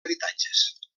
habitatges